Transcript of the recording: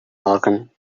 organ